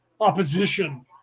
Opposition